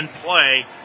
play